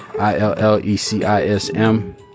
I-L-L-E-C-I-S-M